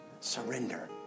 Surrender